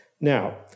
Now